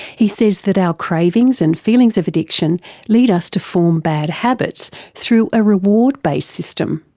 he says that our cravings and feelings of addiction lead us to form bad habits through a reward based system.